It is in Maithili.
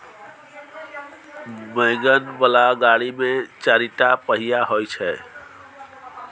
वैगन बला गाड़ी मे चारिटा पहिया होइ छै